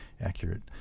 accurate